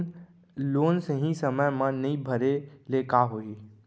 Loan सही समय मा नई भरे ले का होही?